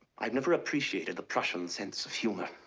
i've never appreciated the prussian sense of humor.